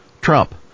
Trump